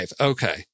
Okay